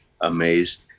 amazed